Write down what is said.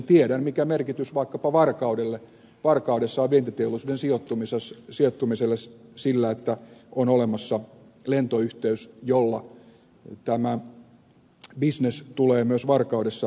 tiedän mikä merkitys vaikkapa varkaudessa on vientiteollisuuden sijoittumiselle sillä että on olemassa lentoyhteys jolla tämä bisnes tulee myös varkaudessa mahdolliseksi